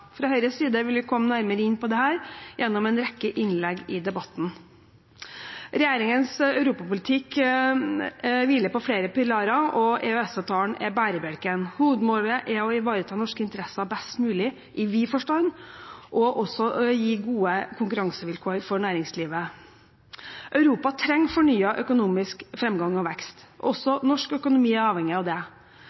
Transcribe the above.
Fra Høyres side vil vi komme nærmere inn på dette gjennom en rekke innlegg i debatten. Regjeringens europapolitikk hviler på flere pilarer, og EØS-avtalen er bærebjelken. Hovedmålet er å ivareta norske interesser best mulig i vid forstand og også å gi gode konkurransevilkår for næringslivet. Europa trenger fornyet økonomisk framgang og vekst. Også norsk økonomi er avhengig av det.